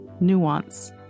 nuance